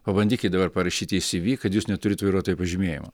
pabandykit dabar parašyti į cv kad jūs neturit vairuotojo pažymėjimo